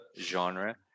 genre